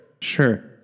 sure